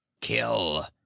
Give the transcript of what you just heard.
Kill